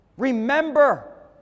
Remember